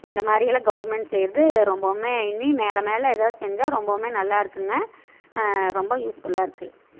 இந்த மாதிரியெல்லாம் கவர்மெண்ட் செய்கிறது ரொம்பவும் இனி மேலே மேலே எதாவது செஞ்சால் ரொம்பவும் நல்லாருக்குங்க ரொம்ப யூஸ்ஃபுல்லாக இருக்குது